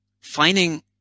finding